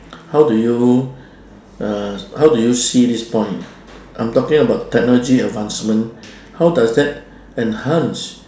how do you uh how do you see this point I'm talking about technology advancement how does that enhance